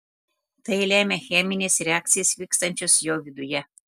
tai lemia cheminės reakcijos vykstančios jo viduje